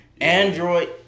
Android